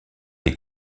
les